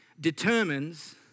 determines